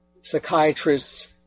psychiatrists